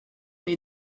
les